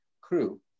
crew